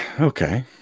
Okay